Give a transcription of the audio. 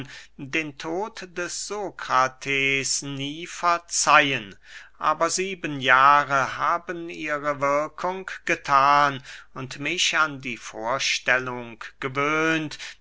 den tod des sokrates nie verzeihen aber sieben jahre haben ihre wirkung gethan und mich an die vorstellung gewöhnt